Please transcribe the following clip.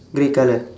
grey colour